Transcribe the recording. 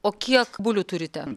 o kiek bulių turite